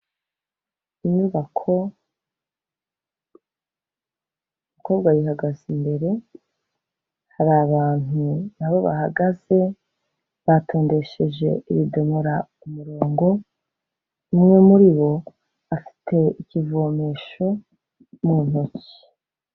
Inyubako abakobwa bayihagaze imbere, hari abantu na bo bahagaze, batondesheje ibidomoro umurongo, umwe muri bo afite ikivomesho mu ntoki.